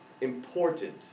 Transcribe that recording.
important